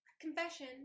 Confession